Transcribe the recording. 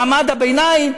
מעמד הביניים,